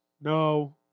no